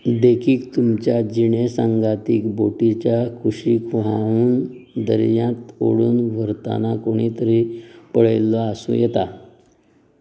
देखीक तुमच्या जिणेसांगातीक बोटिच्या कुशीक व्हांवून दर्यांत ओडून व्हरतना कोणे तरी पळयल्लो आसूं येता